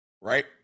right